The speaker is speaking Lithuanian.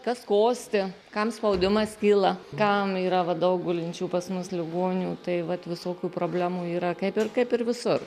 kas kosti kam spaudimas kyla kam yra va daug gulinčių pas mus ligonių tai vat visokių problemų yra kaip ir kaip ir visur